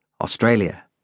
Australia